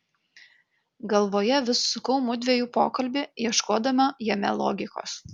galvoje vis sukau mudviejų pokalbį ieškodama jame logikos